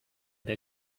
der